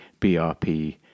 BRP